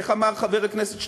איך אמר חבר הכנסת שטרן?